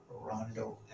Rondo